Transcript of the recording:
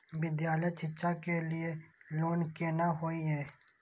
विद्यालय शिक्षा के लिय लोन केना होय ये?